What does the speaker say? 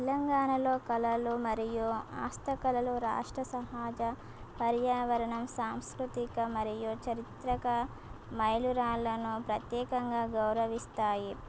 తెలంగాణలో కళలు మరియు హస్త కళలు రాష్ట్ర సహజ పర్యావరణం సాంస్కృతిక మరియు చరిత్రక మైలురాళ్ళను ప్రత్యేకంగా గౌరవిస్తాయి